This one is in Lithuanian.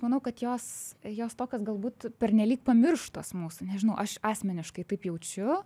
manau kad jos jos tokios galbūt pernelyg pamirštos mūsų nežinau aš asmeniškai taip jaučiu